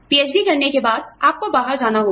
PhD करने के बाद आपको बाहर जाना होगा